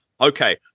Okay